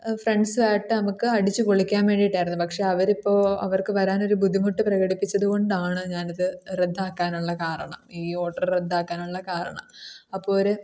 ഫ്രണ്ട്സുമായിട്ട് നമുക്ക് അടിച്ചുപൊളിക്കാൻ വേണ്ടിയിട്ടായിരുന്നു പക്ഷേ അവരിപ്പോൾ അവർക്ക് വരാനൊരു ബുദ്ധിമുട്ട് പ്രകടിപ്പിച്ചത് കൊണ്ടാണ് ഞാൻ ഇത് റദ്ദാക്കാനുള്ള കാരണം ഈ ഓഡറ് റദ്ദാക്കാനുള്ള കാരണം അപ്പോൾ ഒരു